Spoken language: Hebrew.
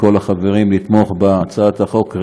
מכל החברים לתמוך בהצעת החוק,